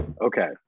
Okay